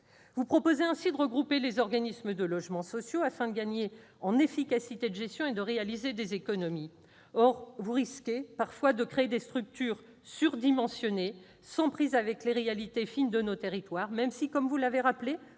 Vous proposez ainsi de regrouper les organismes de logement social afin de gagner en efficacité de gestion et de dégager des économies. Or vous risquez parfois de créer des structures surdimensionnées, sans prise avec les réalités fines de nos territoires, même si, comme vous l'avez rappelé,